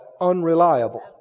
unreliable